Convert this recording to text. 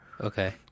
Okay